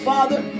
Father